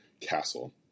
castle